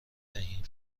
دهیم